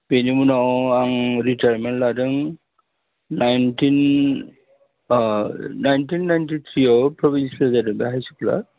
बेनि उनाव आं रिटायारमेन्ट लादों नाइन्टिन नाइन्टिन नाइन्टिनथ्रिआव प्रभिन्सियेल जादों बे हाइ स्कुला